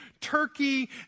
Turkey